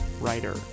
writer